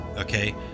Okay